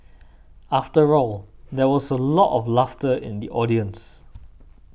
after all there was a lot of laughter in the audience